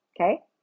Okay